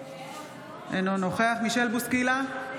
אינו נוכח מישל בוסקילה,